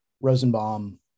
Rosenbaum